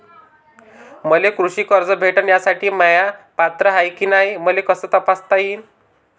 मले कृषी कर्ज भेटन यासाठी म्या पात्र हाय की नाय मले कस तपासता येईन?